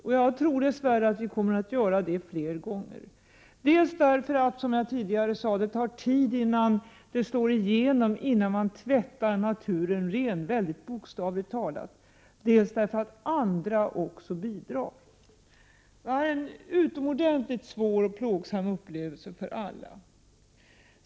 Och jag tror att vi dess värre kommer att få uppleva sådana fler gånger. Dels tar det tid innan åtgärderna slår igenom, innan naturen tvättats ren, bokstavligt talat, dels bidrar också andra saker. Säldöden var en utomordentligt svår och plågsam upplevelse för alla.